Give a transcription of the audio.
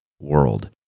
world